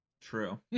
True